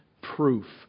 proof